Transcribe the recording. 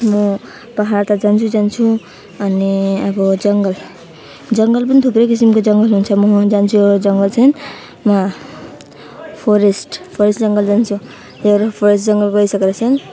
म पहाड त जान्छु जान्छु अनि अब जङ्गल जङ्गल पनि थुप्रै किसिमको जङ्गल हुन्छ म जान्छु एउटा जङ्गल चाहिँ वहाँ फरेस्ट फरेस्ट जङ्गल जान्छु एउटा फरेस्ट जङ्गल गइसकेर चाहिँ